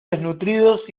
desnutridos